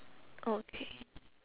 okay